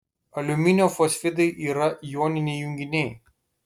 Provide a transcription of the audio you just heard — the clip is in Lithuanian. aliuminio fosfidai yra joniniai junginiai